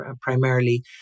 primarily